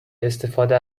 استفاده